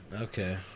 Okay